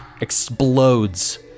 explodes